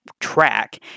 track